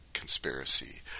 Conspiracy